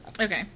Okay